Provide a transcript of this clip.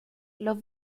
los